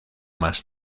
más